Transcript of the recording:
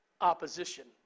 opposition